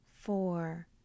four